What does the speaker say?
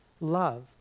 love